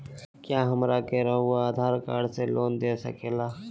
क्या हमरा के रहुआ आधार कार्ड से लोन दे सकेला?